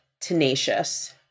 tenacious